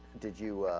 did you